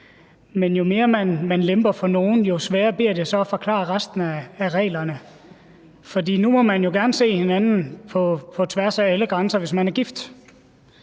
Men jo mere man lemper for nogle, jo sværere bliver det så at forklare resten af reglerne, for nu må man jo gerne se hinanden på tværs af alle grænser, hvis man er gift,